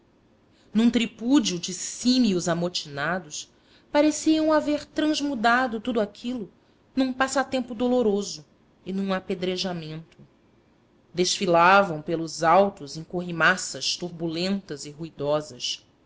num tripúdio de símios amotinados pareciam haver transmudado tudo aquilo num passatempo doloroso e num apedrejamento desfilavam pelos altos em corrimaças turbulentas e ruidosas